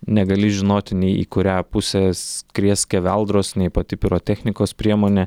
negali žinoti nei į kurią pusę skries skeveldros nei pati pirotechnikos priemonė